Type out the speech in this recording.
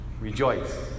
rejoice